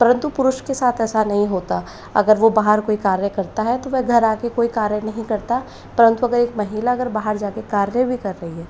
परन्तु पुरुष के साथ ऐसा नहीं होता अगर वह बाहर कोई कार्य करता है तो वह घर आ कर कोई कार्य नहीं करता परन्तु अगर एक महिला अगर बाहर जा कर कार्य भी कर रही है